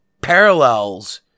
parallels